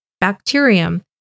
bacterium